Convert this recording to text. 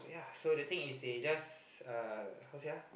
ya so the thing is they just uh how say lah